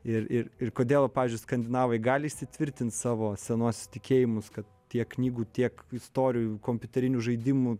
ir ir ir kodėl pavyzdžiui skandinavai gali įsitvirtint savo senuosius tikėjimus kad tiek knygų tiek istorijų kompiuterinių žaidimų